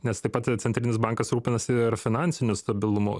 nes taip pat centrinis bankas rūpinasi ir finansiniu stabilumu